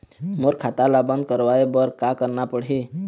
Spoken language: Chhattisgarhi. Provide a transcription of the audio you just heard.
मोर खाता ला बंद करवाए बर का करना पड़ही?